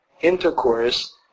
intercourse